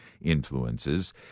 influences